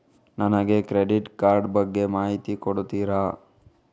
ನನಗೆ credit card ಬಗ್ಗೆ ಮಾಹಿತಿ ಕೊಡುತ್ತೀರಾ?